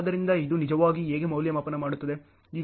ಆದ್ದರಿಂದ ಇದು ನಿಜವಾಗಿ ಹೇಗೆ ಮೌಲ್ಯಮಾಪನ ಮಾಡುತ್ತದೆ